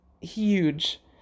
huge